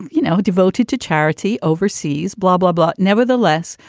you know, devoted to charity overseas, blah, blah, blah nevertheless,